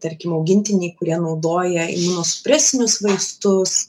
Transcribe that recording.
tarkim augintiniai kurie naudoja imunosupresinius vaistus